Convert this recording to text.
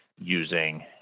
using